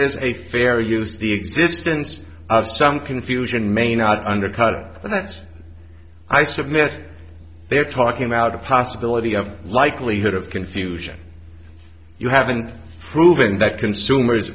is a fair use the existence of some confusion may not undercut minutes i submit they are talking about the possibility of likelihood of confusion you haven't proven that consumers